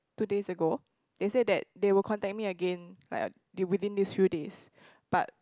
two days ago they say that they will contact me again like within these few days but